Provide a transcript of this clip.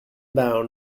down